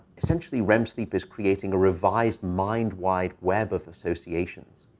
essentially, rem sleep is creating a revised mind wide web of associations.